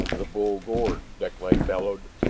the bull gores! deklay bellowed.